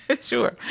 Sure